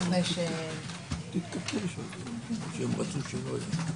הם רצו שינוי.